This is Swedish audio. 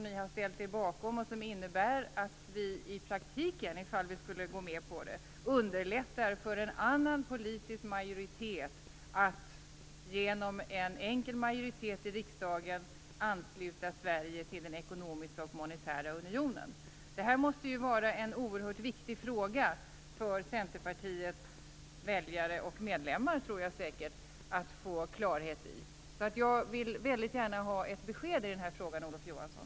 Ni har ställt er bakom den ändring som innebär att vi i praktiken underlättar för en annan politisk majoritet att genom en enkel röstövervikt i riksdagen ansluta Det här måste vara en oerhört viktig fråga för Centerpartiets väljare och säkerligen även medlemmar att få klarhet i. Jag vill väldigt gärna ha ett besked i den här frågan, Olof Johansson.